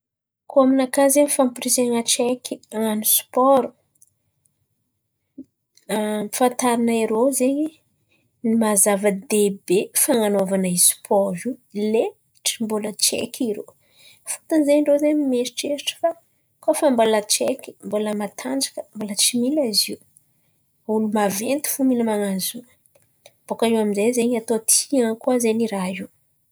Koa aminakà zen̈y fampirihan̈a tsaiky han̈ano sipôro, ampahafantarinay irô zen̈y ny maha zava-dehibe fan̈anaovan̈a i sipôro io letry mbola tsaiky irô. Fôtony zen̈y irô zen̈y mieritreritry fa koa fa mbola tsaiky, mbola matanjaka, mbola tsy mila zio. olo maventy fo mila man̈ano zio. Bôka iô aminjay zen̈y atao tian̈a koa zen̈y i raha io.